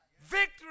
Victory